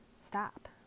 stop